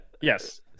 Yes